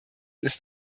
ist